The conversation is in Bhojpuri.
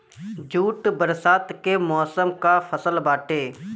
जूट बरसात के मौसम कअ फसल बाटे